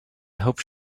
hope